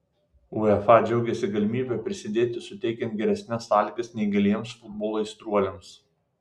uefa džiaugiasi galimybe prisidėti suteikiant geresnes sąlygas neįgaliems futbolo aistruoliams